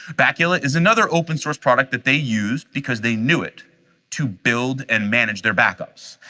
bacula is another open source product that they use because they knew it to build and manage their backups.